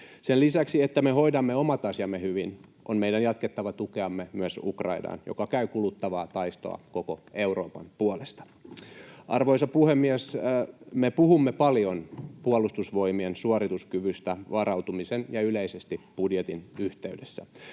Sen lisäksi, että me hoidamme omat asiamme hyvin, on meidän jatkettava tukeamme myös Ukrainalle, joka käy kuluttavaa taistoa koko Euroopan puolesta. Arvoisa puhemies! Me puhumme paljon Puolustusvoimien suorituskyvystä varautumisen ja yleisesti budjetin yhteydessä.